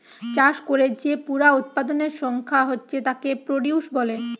চাষ কোরে যে পুরা উৎপাদনের সংখ্যা হচ্ছে তাকে প্রডিউস বলে